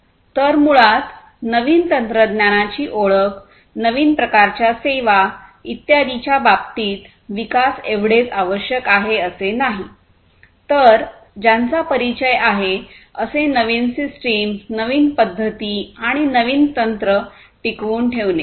तर मुळात नवीन तंत्रज्ञानाची ओळख नवीन प्रकारच्या सेवा इत्यादींच्या बाबतीत विकास एवढेच आवश्यक आहे असे नाही तर ज्यांचा परिचय आहे असे नवीन सिस्टम नवीन पद्धती आणि नवीन तंत्र टिकवून ठेवणे